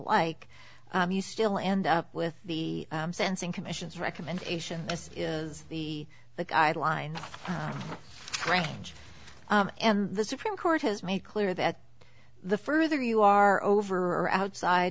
like you still end up with the sensing commission's recommendation as is the the guideline range and the supreme court has made clear that the further you are over or outside